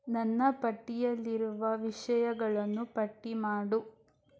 ನನ್ನ ಪಟ್ಟಿಯಲ್ಲಿರುವ ವಿಷಯಗಳನ್ನು ಪಟ್ಟಿ ಮಾಡು